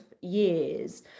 years